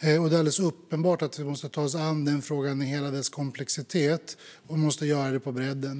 Det är alldeles uppenbart att vi måste ta oss an frågan i hela dess komplexitet och göra det på bredden.